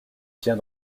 tiens